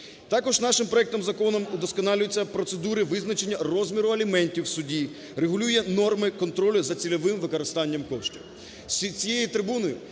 Також нашим проектом закону удосконалюються процедури визначення розміру аліментів в суді, регулює норми контролю за цільовим використанням коштів.